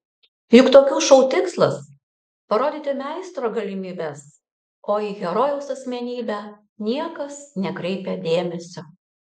juk tokių šou tikslas parodyti meistro galimybes o į herojaus asmenybę niekas nekreipia dėmesio